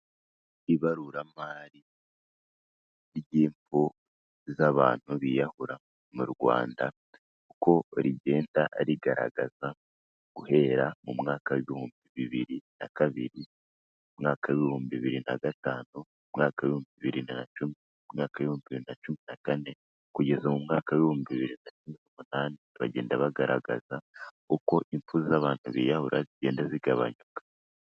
Ibaruramari ry'impfu z'abantu biyahura mu Rwanda uko rigenda rigaragaza guhera mu mwaka w'ibihumbi bibiri na kabiri, umwaka w'ibihumbi bibiri na gatanu, mu mwaka wa bibiri na cumi, mu mwaka w'ibihumbi bibiri na cumi na kane kugeza mu mwaka w'ibihumbi bibiri n'umunani, bagenda bagaragaza uko impfu z'abantu biyahura zigenda zigabanyuka.